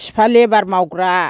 बिफा लेबार मावग्रा